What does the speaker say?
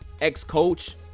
ex-coach